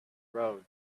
road